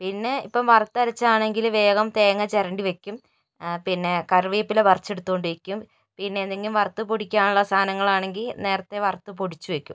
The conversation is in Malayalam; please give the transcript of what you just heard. പിന്നെ ഇപ്പോൾ വറുത്ത് അരച്ചതാണെങ്കിൽ വേഗം തേങ്ങ ചിരണ്ടി വയ്ക്കും പിന്നെ കറിവേപ്പില പറിച്ചെടുത്തോണ്ട് വയ്ക്കും പിന്നെ എന്തെങ്കിലും വറുത്തു പൊടിക്കാനുള്ള സാധനങ്ങള് ആണെങ്കിൽ നേരത്തെ വറുത്ത് പൊടിച്ചു വയ്ക്കും